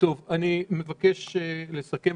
אני מבקש לסכם,